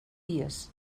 dies